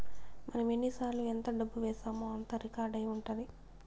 మనం ఎన్నిసార్లు ఎంత డబ్బు వేశామో అంతా రికార్డ్ అయి ఉంటది